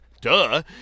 duh